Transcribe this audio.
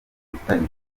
dufitanye